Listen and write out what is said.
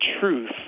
truth